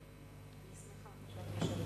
אני שמחה.